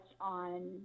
on